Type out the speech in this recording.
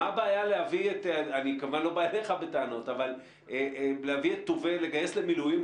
מה הבעיה להביא את אני כמובן לא בא אליך בטענות אבל לגייס למילואים,